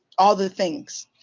all the things.